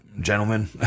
gentlemen